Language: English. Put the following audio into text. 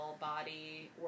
body